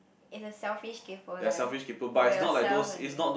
is a selfish kaypoh for life for yourself only